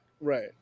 Right